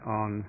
on